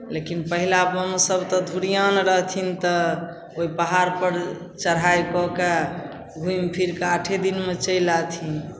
लेकिन पहिला बम सभ तऽ धुरिआन रहथिन तऽ ओहि पहाड़पर चढ़ाइ कऽ कऽ घुमिफिरिकऽ आठे दिनमे चलि अएथिन